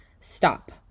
stop